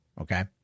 Okay